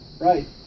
Right